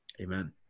Amen